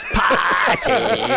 party